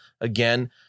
again